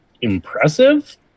impressive